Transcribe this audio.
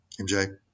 MJ